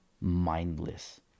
mindless